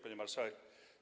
Pani Marszałek!